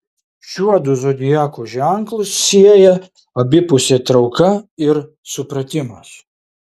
šiuodu zodiako ženklus sieja abipusė trauka ir supratimas